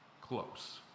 close